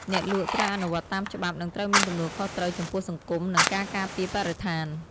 អ្នកលក់ត្រូវអនុវត្តតាមច្បាប់ និងត្រូវមានទំនួលខុសត្រូវចំពោះសង្គម និងការការពារបរិស្ថាន។